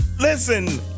Listen